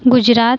Gujarat